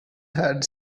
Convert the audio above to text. had